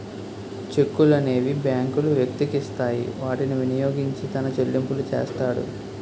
చెక్కులనేవి బ్యాంకులు వ్యక్తికి ఇస్తాయి వాటిని వినియోగించి తన చెల్లింపులు చేస్తాడు